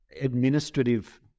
administrative